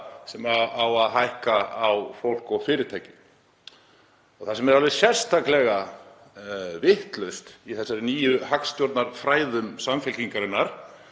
sem á að hækka á fólk og fyrirtæki. Það sem er alveg sérstaklega vitlaust í þessum nýju hagstjórnarfræðum Samfylkingarinnar